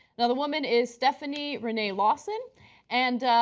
and the woman is stephani renee lawson and